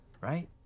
right